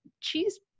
cheese